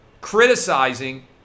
Criticizing